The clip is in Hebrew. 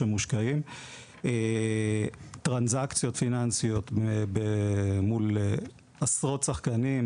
שמושקעים; טרנסקציות פיננסיות מול עשרות שחקנים;